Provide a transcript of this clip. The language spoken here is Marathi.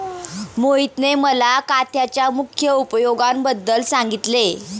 मोहितने मला काथ्याच्या मुख्य उपयोगांबद्दल सांगितले